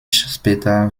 später